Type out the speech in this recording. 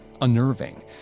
unnerving